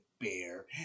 Bear